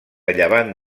llevant